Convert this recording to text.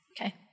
Okay